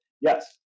yes